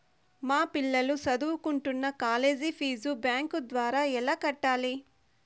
మా పిల్లలు సదువుకుంటున్న కాలేజీ ఫీజు బ్యాంకు ద్వారా ఎలా కట్టాలి?